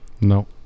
No